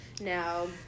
now